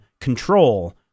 control